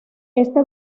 este